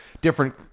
different